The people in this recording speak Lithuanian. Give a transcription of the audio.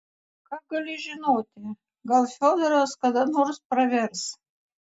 ką gali žinoti gal fiodoras kada nors pravers